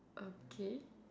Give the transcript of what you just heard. okay